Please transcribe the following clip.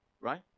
Right